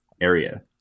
area